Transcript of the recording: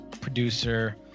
producer